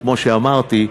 כמו שאמרתי,